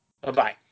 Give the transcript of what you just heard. Bye-bye